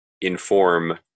inform